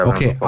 Okay